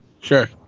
Sure